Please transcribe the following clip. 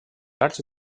arts